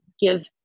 give